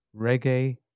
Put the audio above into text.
Reggae